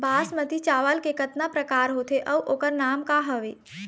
बासमती चावल के कतना प्रकार होथे अउ ओकर नाम क हवे?